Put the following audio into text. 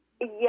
yes